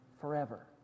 forever